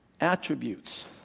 attributes